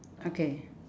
okay